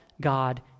God